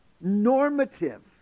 normative